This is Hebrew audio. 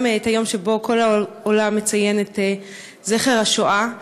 גם את היום שבו כל העולם מציין את זכר השואה.